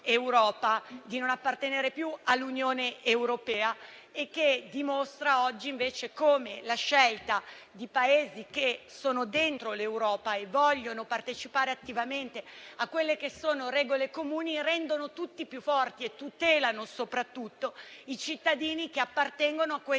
di non appartenere più all'Unione europea, e che dimostra oggi invece come i Paesi che sono dentro l'Europa vogliono partecipare attivamente a quelle che sono regole comuni, rendendo tutti più forti e tutelando soprattutto i cittadini che appartengono a tali